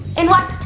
in what?